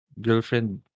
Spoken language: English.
girlfriend